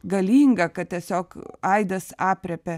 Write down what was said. galinga kad tiesiog aidas aprėpia